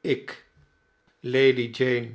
ik lady jane